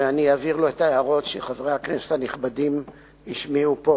ואני אעביר לו את ההערות שחברי הכנסת הנכבדים השמיעו פה